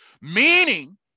Meaning